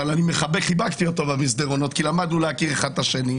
אבל חיבקתי אותו במסדרונות כי למדנו להכיר אחד את השני,